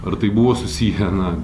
ar tai buvo susiję na